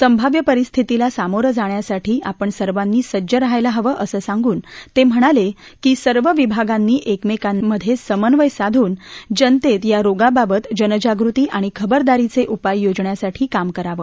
संभाव्य परिस्थितीला सामोरं जाण्यासाठी आपण सर्वांनी सज्ज रहायला हवं असं सांगून तस्किणालक्री सर्व विभागांनी एकमक्तिमध्यसिमन्वय साधून जनतती या रोगाबाबत जनजागृती आणि खबरदारीच ऊपाय योजण्यासाठी काम करावं